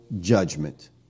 judgment